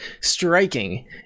Striking